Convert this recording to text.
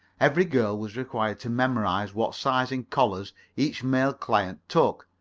every girl was required to memorize what size in collars each male client took,